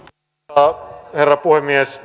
arvoisa herra puhemies